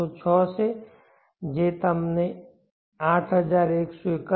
606 છે જે તમને 8131